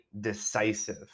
decisive